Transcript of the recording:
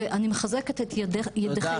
ואני מחזקת את ידי כולם.